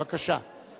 בבקשה.